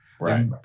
Right